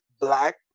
Black